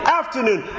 afternoon